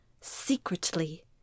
secretly